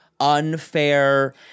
Unfair